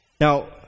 Now